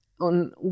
on